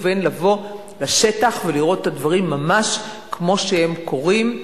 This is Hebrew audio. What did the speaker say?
ובין לבוא לשטח ולראות את הדברים ממש כמו שהם קורים.